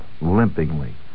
limpingly